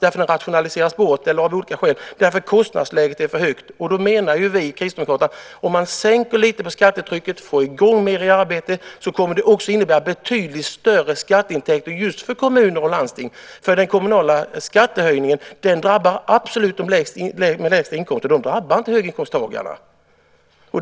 De rationaliseras bort eftersom kostnadsläget är för högt. Vi kristdemokrater menar att om man sänker lite på skattetrycket och får i gång fler i arbete kommer det att innebära betydligt större skatteintäkter för kommuner och landsting. Den kommunala skattehöjningen drabbar dem med de lägsta inkomsterna. Den drabbar inte höginkomsttagarna.